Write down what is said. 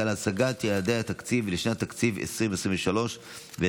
להשגת יעדי התקציב לשנות התקציב 2023 ו-2024),